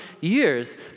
years